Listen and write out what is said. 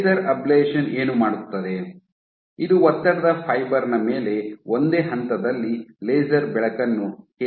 laser ablation ಏನು ಮಾಡುತ್ತದೆ ಇದು ಒತ್ತಡದ ಫೈಬರ್ ನ ಮೇಲೆ ಒಂದೇ ಹಂತದಲ್ಲಿ ಲೇಸರ್ ಬೆಳಕನ್ನು ಕೇಂದ್ರೀಕರಿಸುತ್ತದೆ